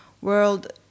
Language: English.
world